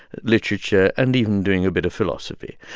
literature and even doing a bit of philosophy.